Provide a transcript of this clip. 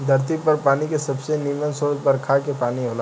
धरती पर पानी के सबसे निमन स्रोत बरखा के पानी होला